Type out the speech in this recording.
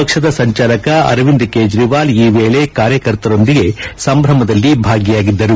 ಪಕ್ಷದ ಸಂಚಾಲಕ ಅರವಿಂದ ಕೇಜ್ರವಾಲ್ ಈ ವೇಳೆ ಕಾರ್ಯಕರ್ತರೊಂದಿಗೆ ಸಂಭ್ರಮದಲ್ಲಿ ಭಾಗಿಯಾಗಿದ್ದರು